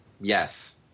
yes